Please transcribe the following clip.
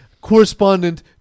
correspondent